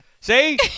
See